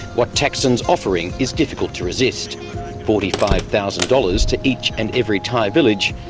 what thaksin's offering is difficult to resist forty five thousand dollars to each and every thai village,